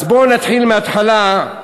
אז בוא נתחיל מההתחלה.